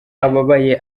ababaye